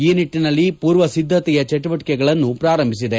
ಈ ನಿಟ್ಟನಲ್ಲಿ ಪೂರ್ವ ಸಿದ್ದತೆಯ ಚಟುವಟಿಕೆಗಳನ್ನು ಪ್ರಾರಂಭಿಸಿದೆ